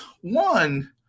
one